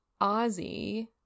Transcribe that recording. Ozzy